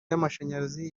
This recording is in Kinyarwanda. y’amashanyarazi